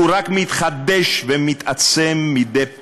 הוא רק מתחדש ומתעצם מדי פעם.